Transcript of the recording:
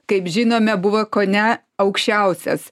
kaip žinome buvo kone aukščiausias